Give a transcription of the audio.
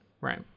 right